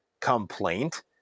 complaint